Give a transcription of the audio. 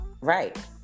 Right